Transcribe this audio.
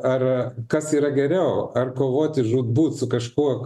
ar kas yra geriau ar kovoti žūtbūt su kažkuo